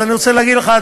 אז אני רוצה להגיד לך,